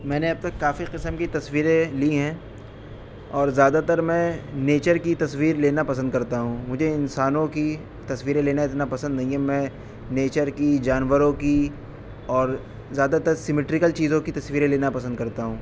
میں نے اب تک کافی قسم کی تصویریں لی ہیں اور زیادہ تر میں نیچر کی تصویر لینا پسند کرتا ہوں مجھے انسانوں کی تصویریں لینا اتنا پسند نہیں ہے میں نیچر کی جانوروں کی اور زیادہ تر سیمیٹریکل چیزوں کی تصویریں لینا پسند کرتا ہوں